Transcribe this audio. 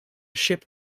ship